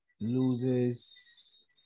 loses